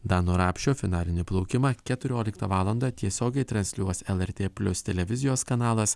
dano rapšio finalinį plaukimą keturioliktą valandą tiesiogiai transliuos lrt plius televizijos kanalas